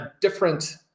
different